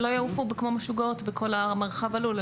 שלא יעופו כמו משוגעות בכל מרחב הלול.